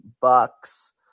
Bucks